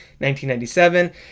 1997